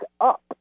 up